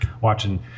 watching